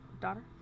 daughter